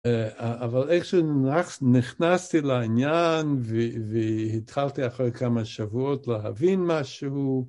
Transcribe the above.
אבל איכשהו נכנסתי לעניין והתחלתי אחרי כמה שבועות להבין משהו.